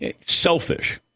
selfish